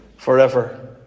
Forever